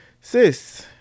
Sis